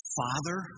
father